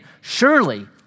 surely